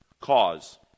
Cause